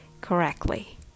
correctly